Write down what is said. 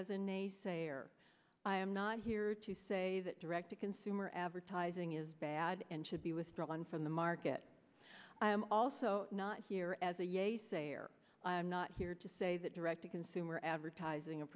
as a naysayer i'm not here to say that direct to consumer advertising is bad and should be withdrawn from the market i'm also not here as a i'm not here to say that direct to consumer advertising